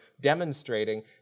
demonstrating